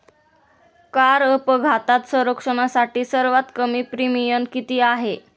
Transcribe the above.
Car अपघात संरक्षणासाठी सर्वात कमी प्रीमियम किती आहे?